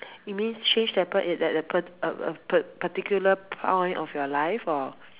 you means change that p~ that that pa~ uh uh pa~ particular point of your life or